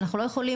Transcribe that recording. אנחנו לא יכולים,